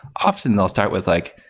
often they'll start with like,